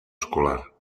escolar